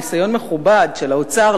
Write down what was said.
ניסיון מכובד של האוצר,